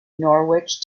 norwich